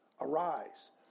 arise